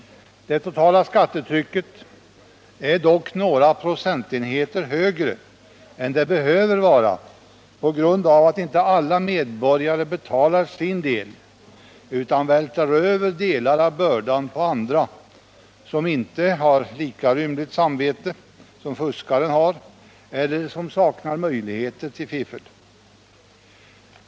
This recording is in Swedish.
Det totala skattetrycket är dock några procentenheter högre än det behöver vara på grund av att inte alla medborgare betalar sin del utan vältrar över delar av bördan på andra, som inte har lika rymligt samvete som fuskaren har eller som saknar möjlighet till fiffel.